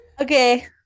Okay